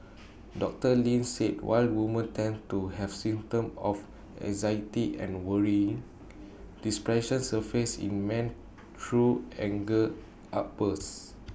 doctor Lin said while women tend to have symptoms of anxiety and worrying depressions A surfaces in men through anger outbursts